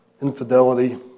infidelity